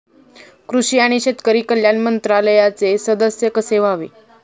कृषी आणि शेतकरी कल्याण मंत्रालयाचे सदस्य कसे व्हावे?